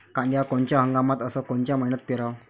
कांद्या कोनच्या हंगामात अस कोनच्या मईन्यात पेरावं?